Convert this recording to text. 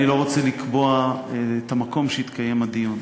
אני לא רוצה לקבוע את המקום שבו יתקיים הדיון.